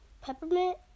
peppermint